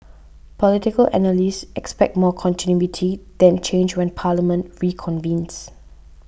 political analysts expect more continuity than change when Parliament reconvenes